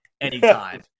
anytime